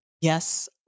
Yes